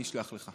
אני אשלח לך.